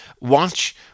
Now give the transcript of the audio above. Watch